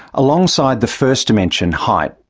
alongside the first dimension, height,